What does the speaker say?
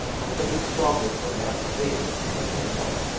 i shall be stronger perhaps then, and can help.